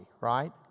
right